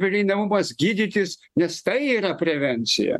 prieinamumas gydytis nes tai yra prevencija